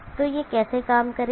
तो यह कैसे काम करेगा